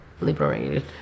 liberated